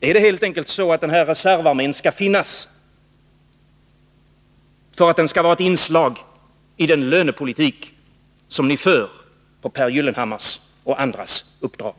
Är det helt enkelt så, att denna reservarmé skall vara ett inslag i den lönepolitik som ni för på Pehr Gyllenhammars och andras uppdrag?